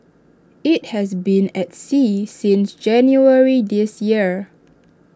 IT has been at sea since January this year